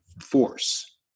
force